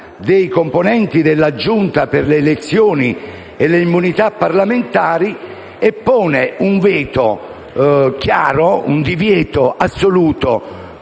dei componenti della Giunta per le elezioni e le immunità parlamentari e pone un divieto chiaro e assoluto,